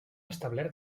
establert